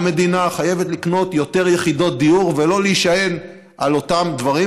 המדינה חייבת לקנות יותר יחידות דיור ולא להישען על אותם דברים.